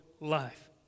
life